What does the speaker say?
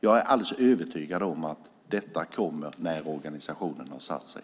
Jag är alldeles övertygad om att detta kommer att bli bra när organisationen har satt sig.